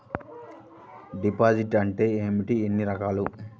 Deposit అంటే ఏమిటీ ఎన్ని రకాలు?